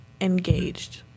engaged